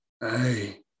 Hey